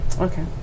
okay